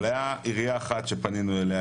אבל היתה עירייה אחת שפנינו אליה,